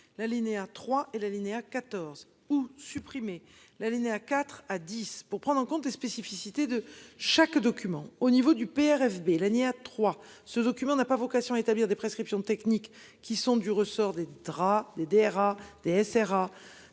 l'alinéa 3 et La Linea 14 ou supprimer l'alinéa IV à 10 pour prendre en compte les spécificités de chaque document au niveau du Pr FB. Trois ce document n'a pas vocation à établir des prescriptions techniques qui sont du ressort des draps, des DRA TSR.